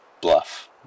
bluff